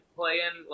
playing